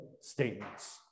statements